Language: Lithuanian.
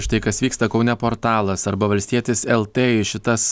štai kas vyksta kaune portalas arba valstietis lt į šitas